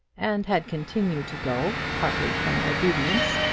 and had continued to go, partly from obedience,